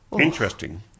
Interesting